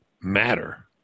matter